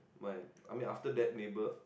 my I mean after that neighbour